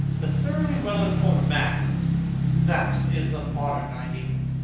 the thoroughly well-informed man that is the modern ideal.